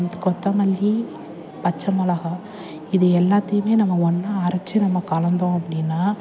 கொத்தமல்லி பச்சமிளகா இது எல்லாத்தையுமே நம்ம ஒன்னாக அரைச்சி நம்ம கலந்தோம் அப்படினா